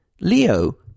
Leo